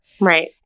Right